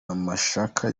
amashyaka